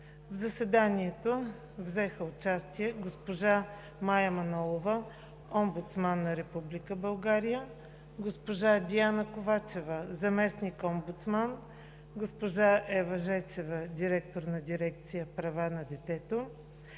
В заседанието взеха участие госпожа Мая Манолова – омбудсман на Република България, госпожа Диана Ковачева – заместник-омбудсман, госпожа Ева Жечева – директор на дирекция „Права на детето“,